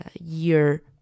year